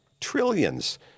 Trillions